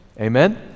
Amen